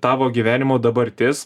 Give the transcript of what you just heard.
tavo gyvenimo dabartis